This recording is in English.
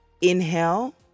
Inhale